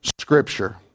scripture